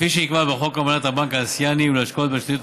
כפי שנקבע בחוק אמנת הבנק האסיאני להשקעות בתשתיות,